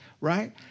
right